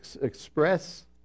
express